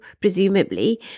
presumably